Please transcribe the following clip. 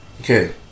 Okay